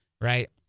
Right